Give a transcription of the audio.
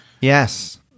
Yes